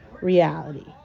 reality